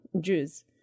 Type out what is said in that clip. Jews